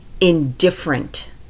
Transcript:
indifferent